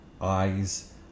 eyes